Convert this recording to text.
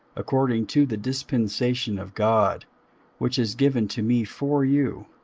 according to the dispensation of god which is given to me for you,